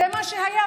השיח הזה?